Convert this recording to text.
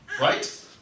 Right